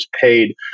paid